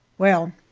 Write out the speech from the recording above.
well,